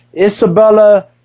Isabella